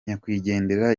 nyakwigendera